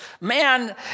man